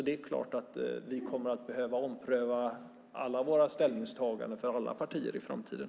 Det är klart att alla vi partier kommer att behöva ompröva våra ställningstaganden i framtiden.